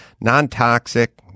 Non-toxic